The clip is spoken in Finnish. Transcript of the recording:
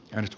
risto